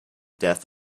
death